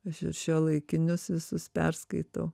aš ir šiuolaikinius visus perskaitau